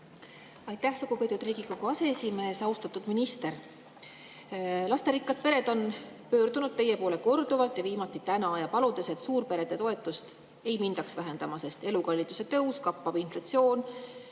Aitäh, lugupeetud Riigikogu aseesimees! Austatud minister! Lasterikkad pered on pöördunud teie poole korduvalt, viimati täna, paludes, et suurperede toetust ei mindaks vähendama, sest elukalliduse tõus, kappav inflatsioon,